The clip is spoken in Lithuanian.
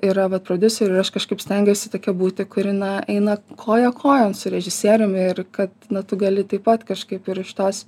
yra vat prodiuserių ir aš kažkaip stengiuosi tokia būti kuri na eina koja kojon su režisierium ir kad na tu gali taip pat kažkaip ir iš tos